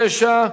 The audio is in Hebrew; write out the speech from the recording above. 68)